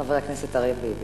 חבר הכנסת אריה ביבי.